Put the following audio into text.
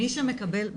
מי שמקבל,